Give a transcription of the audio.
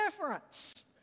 difference